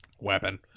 Weapon